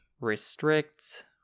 restrict